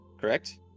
correct